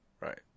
Right